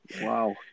wow